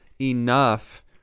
enough